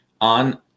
on